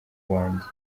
wanjye